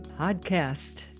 podcast